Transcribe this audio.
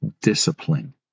discipline